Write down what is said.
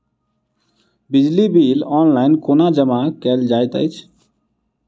बिजली bill online कोना जमा कएल जाइत अछि?